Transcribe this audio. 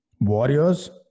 Warriors